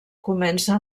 comença